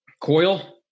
coil